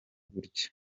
gutya